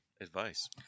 advice